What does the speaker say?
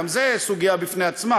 גם זו סוגיה בפני עצמה,